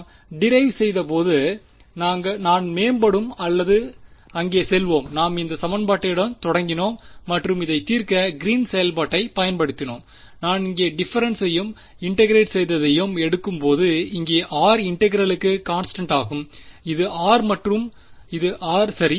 நாம் டிரைவ் செய்த போது நான் மேம்படும் அங்கே செல்வோம் நாம் இந்த சமன்பாட்டுடன் தொடங்கினாம் மற்றும் இதை தீர்க்க கிரீன்ஸ் green's செயல்பாட்டை பயன்படுத்தினோம் நான் இங்கே டிஃபரெண்ட்ஸையும் இன்டெகிரெட் செய்ததையும் எடுக்கும் பொது இங்கே r இன்டெகிரேலுக்கு கான்ஸ்டன்ட் ஆகும் இது r மற்றும் இது r சரி